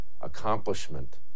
accomplishment